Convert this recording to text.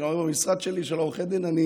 אני אומר להם: במשרד עורכי דין שלי אני